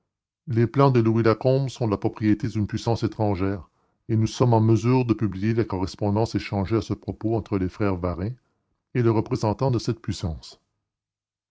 les plans de louis lacombe sont la propriété d'une puissance étrangère et nous sommes en mesure de publier la correspondance échangée à ce propos entre les frères varin et le représentant de cette puissance